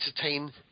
entertain